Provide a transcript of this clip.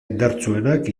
indartsuenak